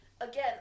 again